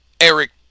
Eric